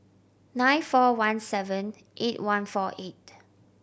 nine four one seven eight one four eight